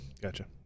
Gotcha